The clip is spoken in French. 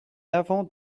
avant